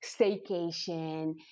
staycation